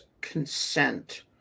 consent